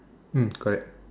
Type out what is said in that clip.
mm correct